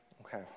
Okay